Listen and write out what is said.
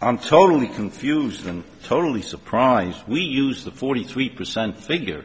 i'm totally confused and totally surprised we use the forty three percent figure